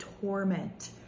torment